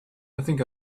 think